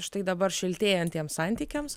štai dabar šiltėjant tiems santykiams